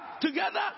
together